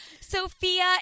Sophia